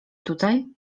tutaj